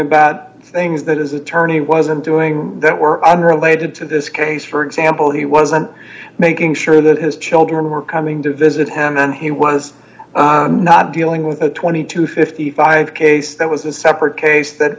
about things that his attorney wasn't doing that were unrelated to this case for example he wasn't making sure that his children were coming to visit him then he was not dealing with a twenty to fifty five case that was a separate case that